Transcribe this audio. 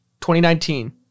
2019